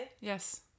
Yes